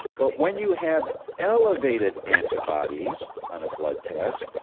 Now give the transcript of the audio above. but when you have elevated antibodies on a blood test,